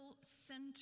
center